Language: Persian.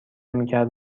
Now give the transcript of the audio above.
میکرد